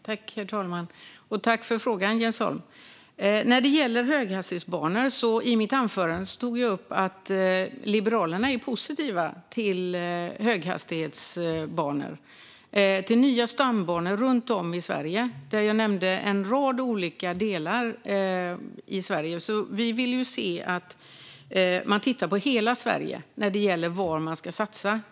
Herr talman! Tack för frågan, Jens Holm! När det gäller höghastighetsbanor tog jag i mitt anförande upp att Liberalerna är positiva till sådana och till nya stambanor runt om i Sverige. Jag nämnde en rad olika delar av Sverige. Vi vill att man tittar på hela Sverige när det gäller var man ska satsa.